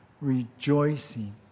rejoicing